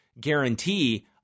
guarantee